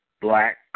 black